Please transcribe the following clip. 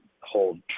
hold